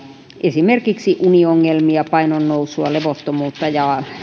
esimerkiksi uniongelmia painonnousua levottomuutta ja